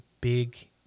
big